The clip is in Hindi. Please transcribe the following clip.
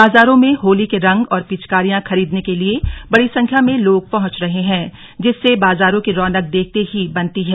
बाजारों में होली के रंग और पिचकारियां खरीदने के लिए बड़ी संख्या में लोग पहुंच रहे हैं जिससे बाजारों की रौनक देखते ही बनती है